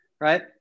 right